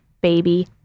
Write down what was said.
baby